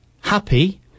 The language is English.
happy